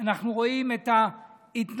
אנחנו רואים את ההתנהלות,